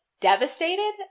devastated